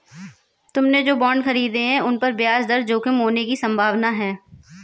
तुमने जो बॉन्ड खरीदे हैं, उन पर ब्याज दर जोखिम होने की संभावना है